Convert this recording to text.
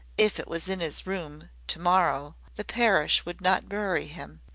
if it was in his room to-morrow the parish would not bury him,